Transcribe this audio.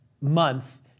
month